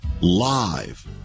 live